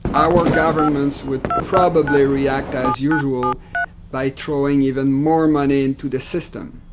our governments would probably react as usual by throwing even more money into the system.